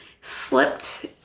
slipped